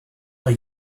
are